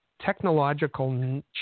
technological